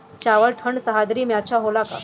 चावल ठंढ सह्याद्री में अच्छा होला का?